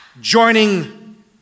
joining